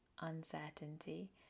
uncertainty